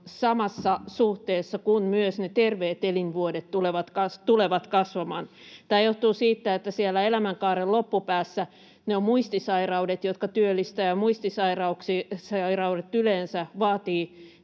samassa suhteessa kuin terveet elinvuodet tulevat kasvamaan. Tämä johtuu siitä, että elämänkaaren loppupäässä ne ovat muistisairaudet, jotka työllistävät, ja muistisairaudet yleensä vaativat